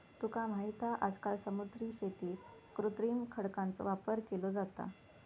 तुका माहित हा आजकाल समुद्री शेतीत कृत्रिम खडकांचो वापर केलो जाता